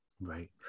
Right